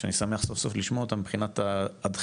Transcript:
שאני שמח סופסוף לשמוע אותה מבחינת הדחיפות.